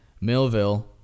Millville